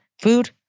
Food